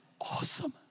awesome